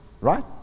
right